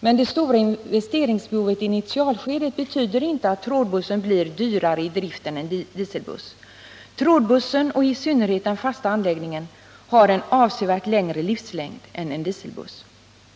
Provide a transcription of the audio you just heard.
Men det stora investeringsbehovet i initialskedet betyder inte att trådbussen blir dyrare i drift än en dieselbuss. Trådbussen och i synnerhet den fasta anläggningen har en avsevärt längre livslängd än en dieselbuss.